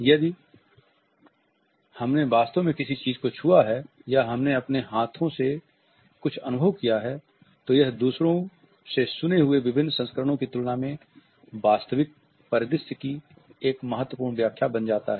यदि हमने वास्तव में किसी चीज़ को छुआ है या हमने अपने हाथों से कुछ अनुभव किया है तो यह दूसरों से सुने हुए विभिन्न संस्करणों की तुलना में वास्तविक परिदृश्य की एक महत्वपूर्ण व्याख्या बन जाता है